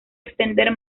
extender